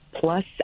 Plus